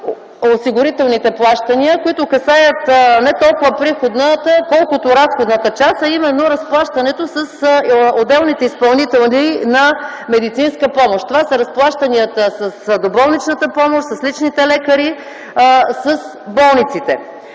здравноосигурителните плащания, които касаят не толкова приходната, колкото разходната част, а именно разплащането с отделните изпълнители на медицинска помощ – разплащанията с доболничната помощ, с личните лекари, с болниците.